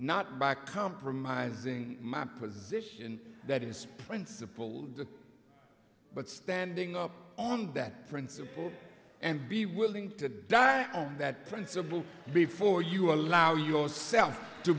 not back compromising my position that is principled but standing up on that principle and be willing to die and that principle before you allow yourself to